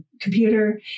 computer